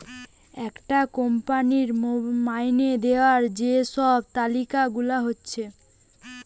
একটা কোম্পানির মাইনে দিবার যে সব তালিকা গুলা হচ্ছে